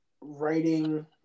writing